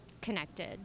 connected